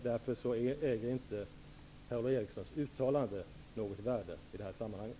Därför har inte Per-Ola Erikssons uttalande något värde i det här sammanhanget.